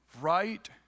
right